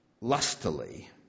lustily